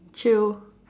chill